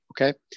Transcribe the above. Okay